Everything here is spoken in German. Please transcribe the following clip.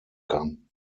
kann